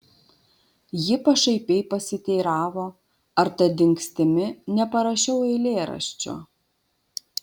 ji pašaipiai pasiteiravo ar ta dingstimi neparašiau eilėraščio